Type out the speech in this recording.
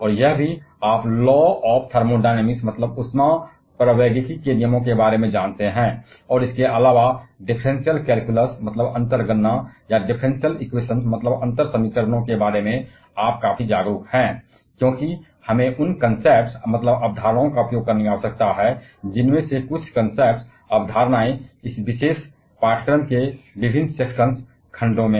और यह भी आप ऊष्मप्रवैगिकी के नियमों के बारे में जानते हैं और इसके अलावा आप अंतर गणना या अंतर समीकरणों के बारे में काफी जागरूक हैं क्योंकि हमें उन अवधारणाओं का उपयोग करने की आवश्यकता है उन अवधारणाओं में से कुछ इस विशेष पाठ्यक्रम के विभिन्न वर्गों में